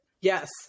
Yes